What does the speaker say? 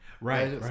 Right